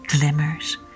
glimmers